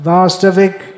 Vastavik